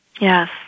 Yes